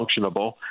functionable